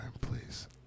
please